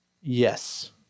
Yes